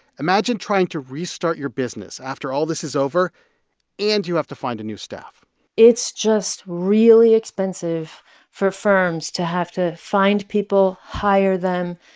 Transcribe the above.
imagine trying to restart your business after all this is over and you have to find a new staff it's just really expensive for firms to have to find people, hire them,